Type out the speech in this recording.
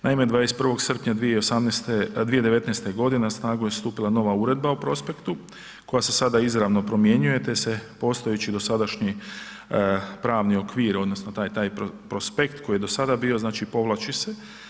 Naime, 21. srpnja 2018., 2019. godine na snagu je stupila nova Uredba o prospektu, koja se sada izravno promjenjuje te se postojeći dosadašnji pravni okvir odnosno taj prospekt koji je do sada bio znači povlači se.